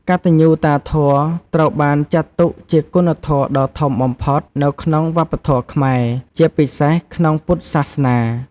កតញ្ញូតាធម៌ត្រូវបានចាត់ទុកជាគុណធម៌ដ៏ធំបំផុតនៅក្នុងវប្បធម៌ខ្មែរ ជាពិសេសក្នុងពុទ្ធសាសនា។